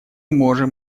можем